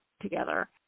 together